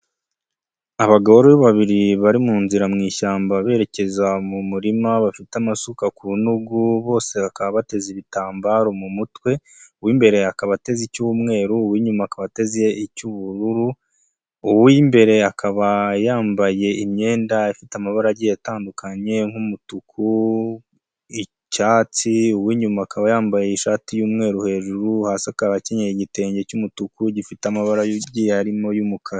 Abagare babiri bari mu nzira mu ishyamba berekeza mu murima bafite amasuka ku rutugu bose bakaba bateze ibitambaro mu mutwe, uw'imbere akaba ateze icy'umweru, uw'inyuma akaba ateze icy'ubururu, uw'imbere akaba yambaye imyenda ifite amabara agiye atandukanye nk'umutuku ,icyatsi. Uw'inyuma akaba yambaye ishati y'umweru hejuru hasi akaba akenyeye igitenge cy'umutuku gifite amabara agiye arimo y'umukara.